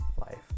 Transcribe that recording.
life